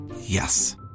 Yes